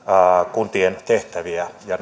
kuntien tehtäviä ja